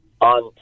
on